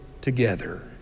together